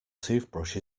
toothbrush